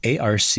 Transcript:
ARC